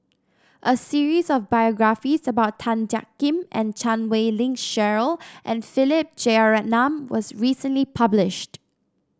a series of biographies about Tan Jiak Kim and Chan Wei Ling Cheryl and Philip Jeyaretnam was recently published